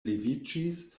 leviĝis